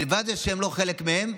מלבד זה שהם לא חלק מהם.